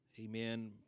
Amen